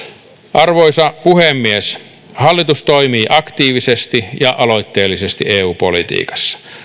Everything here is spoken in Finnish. arvoisa puhemies hallitus toimii aktiivisesti ja aloitteellisesti eu politiikassa